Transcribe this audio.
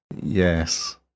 Yes